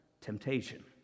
temptation